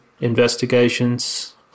investigations